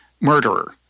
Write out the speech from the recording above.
murderer